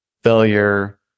failure